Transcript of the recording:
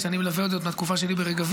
אני מלווה את זה עוד מהתקופה שלי ברגבים.